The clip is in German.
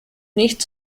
nicht